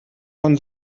von